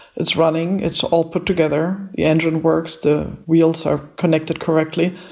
it's running, it's all put together, the engine works, the wheels are connected correctly,